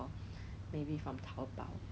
she's the one who want to bake in my house